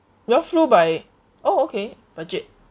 you all flew by oh okay budget